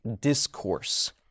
discourse